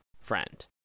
friend